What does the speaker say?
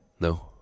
no